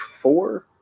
four